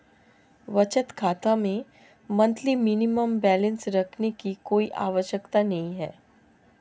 बचत खाता में मंथली मिनिमम बैलेंस रखने की कोई आवश्यकता नहीं है